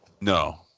No